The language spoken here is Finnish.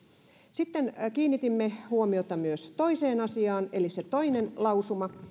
sitten kiinnitimme huomiota myös toiseen asiaan eli on se toinen lausuma